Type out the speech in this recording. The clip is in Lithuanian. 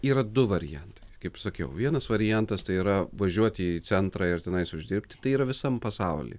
yra du variantai kaip sakiau vienas variantas tai yra važiuoti į centrą ir tenais uždirbt tai yra visam pasaulyje